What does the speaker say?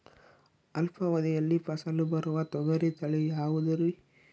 ಅಲ್ಪಾವಧಿಯಲ್ಲಿ ಫಸಲು ಬರುವ ತೊಗರಿ ತಳಿ ಯಾವುದುರಿ?